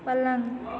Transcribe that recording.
पलंग